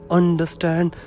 understand